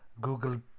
google